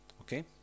Okay